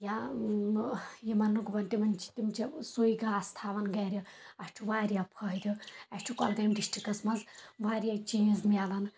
یا یِمن گُپنن تِمَن چھ تِم چھِ سُے گاسہٕ تھاوان گرِ اَسہِ چھُ واریاہ فٲٖیِدٕ اَسہِ چھُ کۄلگٲمۍ ڈسٹکس منٛز واریاہ چیٖز مِلان